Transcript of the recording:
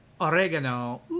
oregano